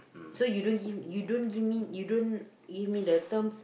so you don't give you don't give me you don't give me the terms